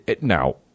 now